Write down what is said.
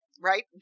Right